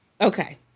Okay